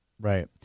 Right